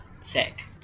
sick